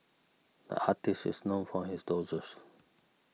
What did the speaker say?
the artist is known for his